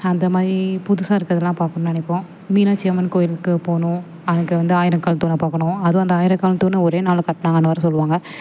அந்த மாதிரி புதுசா இருக்கிறதெல்லாம் பார்க்கணுன்னு நினப்போம் மீனாட்சி அம்மன் கோவிலுக்கு போகணும் அங்கே வந்து ஆயிரங்கால் தூணை பார்க்கணும் அதுவும் அந்த ஆயிரங்கால் தூணும் ஒரே நாளில் கட்டுனாங்கன்னு வேறே சொல்லுவாங்க